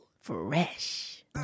fresh